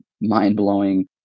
mind-blowing